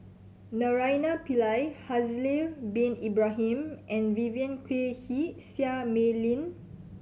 Naraina Pillai Haslir Bin Ibrahim and Vivien Quahe Seah Mei Lin